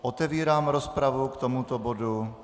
Otevírám rozpravu k tomuto bodu.